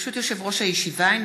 ברשות יושב-ראש הישיבה,